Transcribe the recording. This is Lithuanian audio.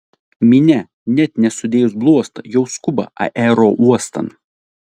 minia net nesudėjus bluosto jau skuba aerouostan